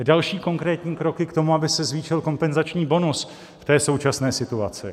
Další konkrétní kroky k tomu, aby se zvýšil kompenzační bonus v té současné situaci.